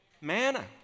Manna